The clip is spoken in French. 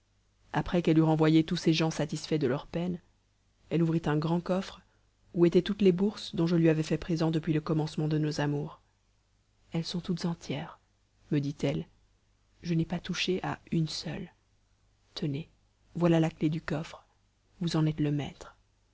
après qu'elle eut renvoyé tous ces gens satisfaits de leur peine elle ouvrit un grand coffre où étaient toutes les bourses dont je lui avais fait présent depuis le commencement de nos amours elles sont toutes entières me dit-elle je n'ai pas touché à une seule tenez voilà la clef du coffre vous en êtes le maître